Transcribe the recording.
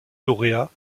lauréat